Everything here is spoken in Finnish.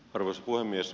arvoisa puhemies